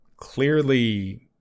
clearly